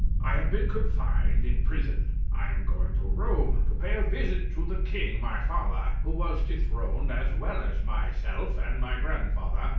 i have been confined in prison i am going to rome, to pay a visit to the king, my father, who was dethroned as well as myself and my grandfather,